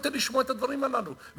אי-אפשר יותר לשמוע את הדברים הללו.